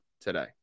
today